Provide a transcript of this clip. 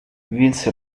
vinse